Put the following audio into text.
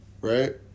right